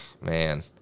man